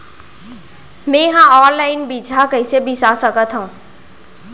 मे हा अनलाइन बीजहा कईसे बीसा सकत हाव